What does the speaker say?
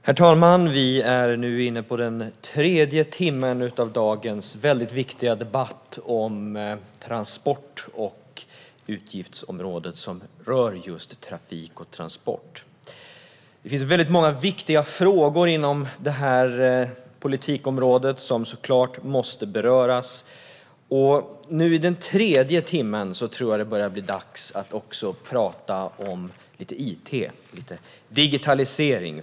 Herr talman! Vi är nu inne på den tredje timmen av dagens väldigt viktiga debatt om transport och utgiftsområdet som rör just trafik och transport. Det finns väldigt många viktiga frågor inom politikområdet som såklart måste beröras. Nu i den tredje timmen tror jag att det börjar bli dags att också tala om lite it och digitalisering.